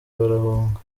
barahunga